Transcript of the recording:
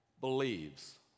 believes